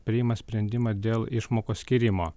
priima sprendimą dėl išmokos skyrimo